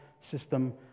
system